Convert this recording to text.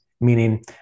meaning